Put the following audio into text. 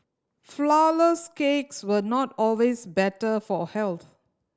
flourless cakes were not always better for health